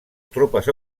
tropes